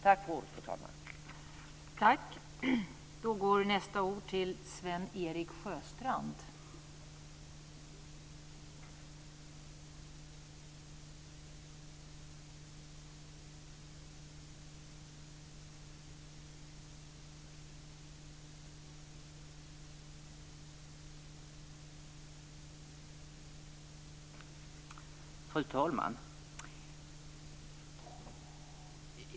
Tack för ordet, fru talman.